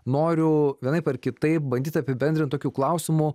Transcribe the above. noriu vienaip ar kitaip bandyt apibendrint tokiu klausimu